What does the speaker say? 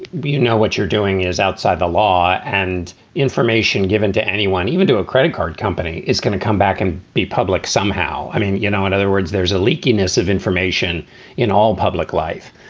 you know, what you're doing is outside the law and information given to anyone, even to a credit card company, is going to come back and be public somehow. i mean, you know, in other words, there's a leakiness of information in all public life.